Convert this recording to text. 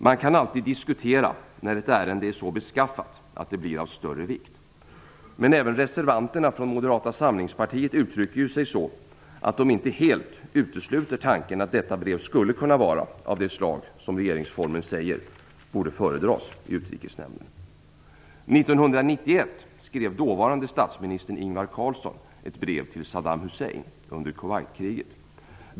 Man kan alltid diskutera när ett ärende är så beskaffat att det blir av större vikt, men även reservanterna från Moderata samlingspartiet uttrycker sig ju så att de inte helt utesluter tanken att detta brev skulle kunna vara av det slag som regeringsformen säger borde föredras i Utrikesnämnden. Carlsson ett brev till Saddam Hussein under Kuwaitkriget.